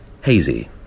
hazy